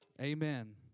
Amen